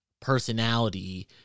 personality